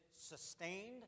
sustained